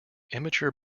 immature